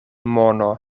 mono